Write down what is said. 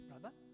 brother